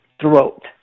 throat